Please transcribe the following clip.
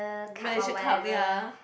Malaysia-Cup ya